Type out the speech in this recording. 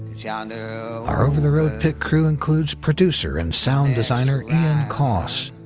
yeah ah and our over the road pit crew includes producer and sound designer ian coss,